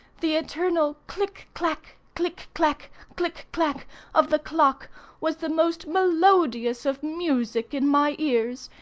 the eternal click-clak, click-clak, click-clak of the clock was the most melodious of music in my ears,